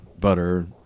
butter